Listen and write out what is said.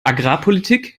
agrarpolitik